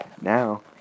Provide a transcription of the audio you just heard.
now